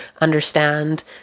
understand